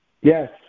Yes